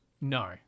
No